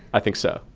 i think so.